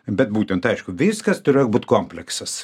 bet būtent aišku viskas turėjo būt kompleksas